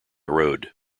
road